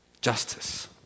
justice